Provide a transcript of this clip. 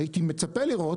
הייתי מצפה לראות